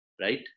right